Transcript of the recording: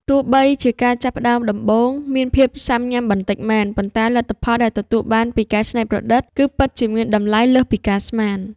ទោះបីជាការចាប់ផ្តើមដំបូងមានភាពស៊ាំញ៉ាំបន្តិចមែន ប៉ុន្តែលទ្ធផលដែលទទួលបានពីការច្នៃប្រឌិតគឺពិតជាមានតម្លៃលើសពីការស្មាន។